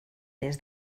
des